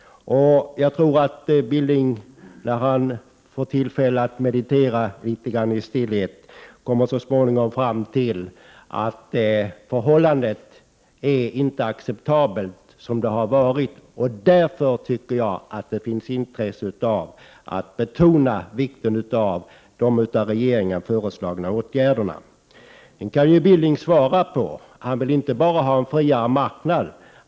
Jag tror Knut Billing, när han får tillfälle att meditera litet i stillhet, så småningom kommer fram till att detta förhållande inte är acceptabelt. Därför tycker jag det är angeläget att betona vikten av de av regeringen föreslagna åtgärderna. Knut Billing vill inte bara ha en fri marknad.